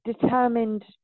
determined